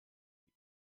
ihn